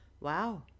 Wow